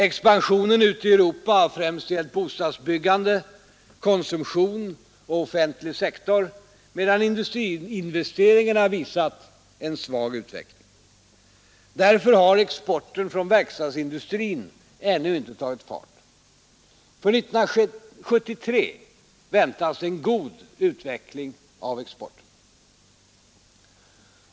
Expansionen ute i Europa har främst gällt bostadsbyggande, konsumtion och offentlig sektor, medan industriinvesteringarna visat en svag utveckling. Därför har exporten från verkstadsindustrin ännu inte tagit fart. För 1973 väntas en god utveckling av exporten.